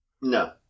No